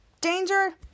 Danger